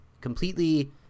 completely